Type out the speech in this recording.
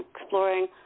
exploring